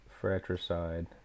fratricide